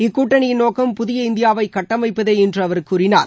இக்கூட்டணியின் நோக்கம் புதிய இந்தியாவை கட்டமைப்பதே என்று அவர் கூறினார்